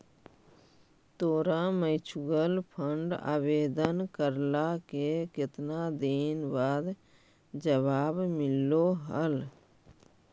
तोरा mutual fund आवेदन करला के केतना दिन बाद जवाब मिललो हल?